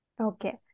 Okay